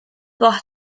gwelyau